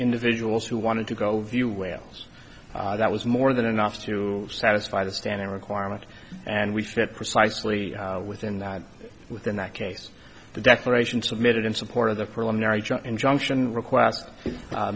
individuals who wanted to go view whales that was more than enough to satisfy the standing requirement and we fit precisely within that within that case the declaration submitted in support of the preliminary injunction requ